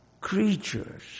creatures